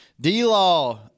D-Law